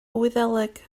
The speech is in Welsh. wyddeleg